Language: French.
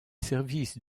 services